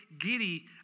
giddy